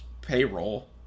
payroll